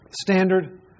standard